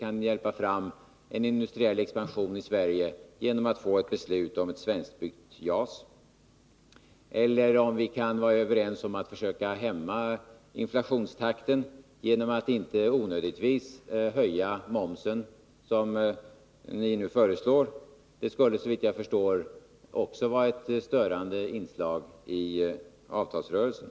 kan hjälpa fram en industriell expansion i Sverige genom ett beslut om ett svenskbyggt JAS? Eller kan vi vara överens om att vi skall försöka hämma inflationstakten genom att inte onödigtvis höja momsen, som ni nu föreslår? Det skulle, såvitt jag förstår, också vara ett störande inslag i avtalsrörelsen.